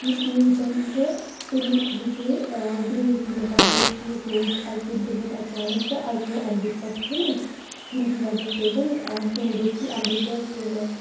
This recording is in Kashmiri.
یُس نیوٗٹَن چھُ تٔمۍ دِژے گریوِٹی مُطابِق کہِ سُہ اوس اَکہِ پھِرِ بِہِتھ اَچانک تہٕ اَتہِ پٮ۪و اَمبُر پٮ۪ٹھٕ کَنہِ ییٚمہِ کہِ وجہ سۭتۍ تٔمۍ دوٚپ کہِ اَمبُر کیٛازِ پٮ۪و نہٕ